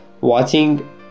watching